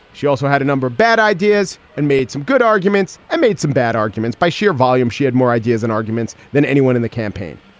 she also had a number of bad ideas and made some good arguments and made some bad arguments by sheer volume. she had more ideas and arguments than anyone in the campaign.